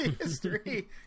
history